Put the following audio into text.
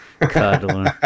Cuddling